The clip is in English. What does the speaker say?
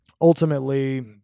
ultimately